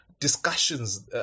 discussions